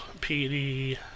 PD